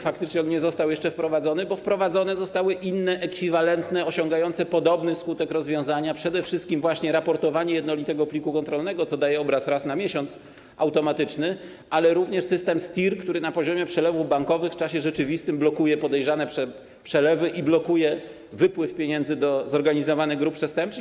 Faktycznie on nie został jeszcze wprowadzony, bo wprowadzone zostały inne ekwiwalentne, osiągające podobny skutek rozwiązania: przede wszystkim właśnie raportowanie jednolitego pliku kontrolnego, co daje obraz raz na miesiąc, automatyczny, ale również system STIR, który na poziomie przelewów bankowych w czasie rzeczywistym blokuje podejrzane przelewy i wypływ pieniędzy do zorganizowanych grup przestępczych.